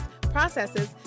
processes